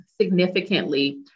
significantly